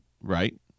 Right